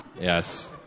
yes